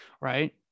right